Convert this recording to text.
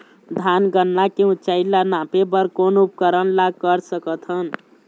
धान गन्ना के ऊंचाई ला नापे बर कोन उपकरण ला कर सकथन?